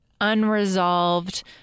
unresolved